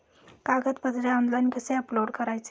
कागदपत्रे ऑनलाइन कसे अपलोड करायचे?